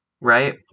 Right